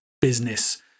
business